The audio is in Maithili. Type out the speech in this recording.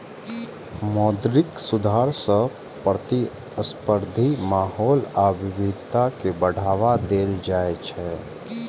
मौद्रिक सुधार सं प्रतिस्पर्धी माहौल आ विविधता कें बढ़ावा देल जाइ छै